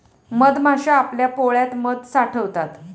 मधमाश्या आपल्या पोळ्यात मध साठवतात